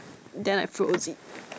then I froze it